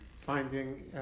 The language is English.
finding